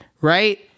right